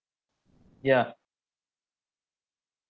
yeah